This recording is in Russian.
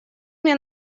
мне